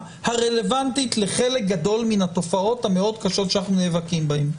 הרלוונטית לחלק גדול מן התופעות המאוד קשות שאנחנו נאבקים בהן.